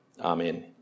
Amen